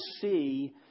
see